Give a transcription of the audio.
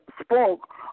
spoke